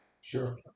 Sure